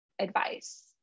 advice